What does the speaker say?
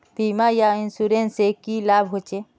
बीमा या इंश्योरेंस से की लाभ होचे?